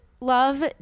love